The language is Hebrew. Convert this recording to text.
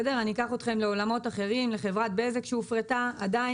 כמו שאין